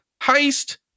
heist